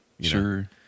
sure